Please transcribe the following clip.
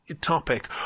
topic